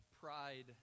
pride